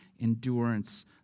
endurance